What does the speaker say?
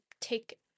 take